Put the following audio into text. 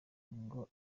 ngo